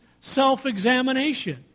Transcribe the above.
self-examination